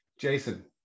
Jason